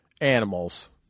animals